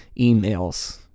emails